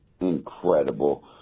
incredible